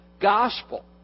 gospel